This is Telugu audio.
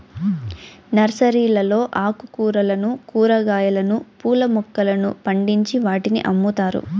నర్సరీలలో ఆకుకూరలను, కూరగాయలు, పూల మొక్కలను పండించి వాటిని అమ్ముతారు